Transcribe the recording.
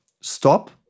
stop